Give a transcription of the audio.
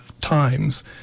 times